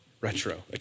retro